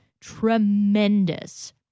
tremendous